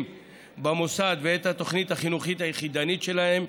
במוסד ואת התוכנית החינוכית היחידנית שלהם.